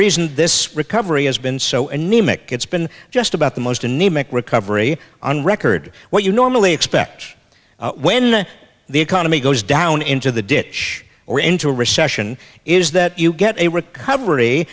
reason this recovery has been so anemic it's been just about the most anemic recovery on record what you normally expect when the economy goes down into the ditch or into a recession is that you get a recovery